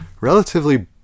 relatively